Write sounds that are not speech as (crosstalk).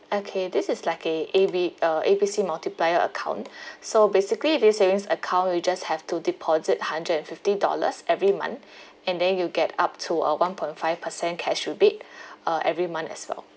okay this is like a A B uh A B C multiplier account (breath) so basically this savings account you just have to deposit hundred and fifty dollars every month and then you get up to a one point five percent cash rebate uh every month as well